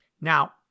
Now